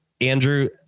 Andrew